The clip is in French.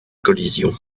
collision